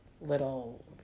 little